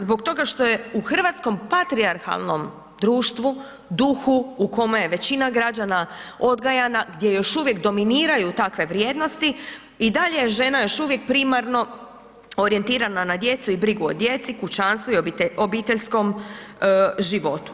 Zbog toga što je u hrvatskom patrijarhalnom društvu, duhu, u kome je većina građana odgajana, gdje još uvijek dominiraju takve vrijednosti i dalje je žena još uvijek primarno orijentirana na djecu i brigu o djeci, kućanstvu i obiteljskom životu.